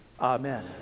amen